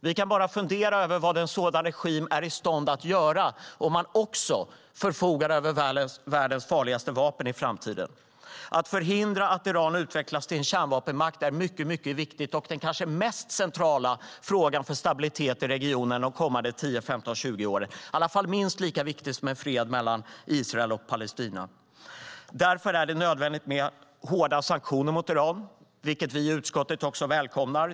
Vi kan ju fundera över vad en sådan regim är i stånd att göra om den i framtiden dessutom förfogar över världens farligaste vapen. Att förhindra Iran att utvecklas till kärnvapenmakt är mycket viktigt och den kanske mest centrala frågan för stabilitet i regionen de kommande tio, femton, tjugo åren. Den är minst lika viktig som fred mellan Israel och Palestina. Därför är det nödvändigt med hårda sanktioner mot Iran, vilket utskottet också välkomnar.